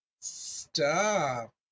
Stop